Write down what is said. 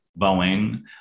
Boeing